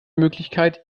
möglichkeit